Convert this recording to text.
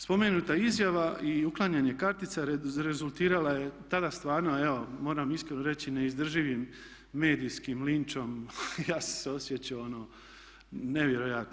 Spomenuta izjava i uklanjanje kartica rezultirala je tada stvarno evo moram iskreno reći neizdrživim medijskim linčem, ja sam se osjećao nevjerojatno.